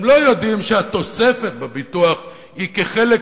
הם לא יודעים שהתוספת בביטוח היא כחלק